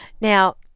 Now